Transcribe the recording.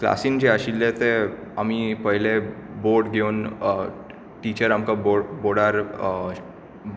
क्लासींत जे आशिल्ले ते आमी पयलें बोर्ड दिवन टिचर आमकांं बोर्डार